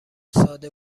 ساده